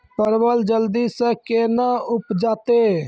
परवल जल्दी से के ना उपजाते?